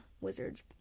Wizards